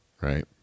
right